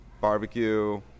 barbecue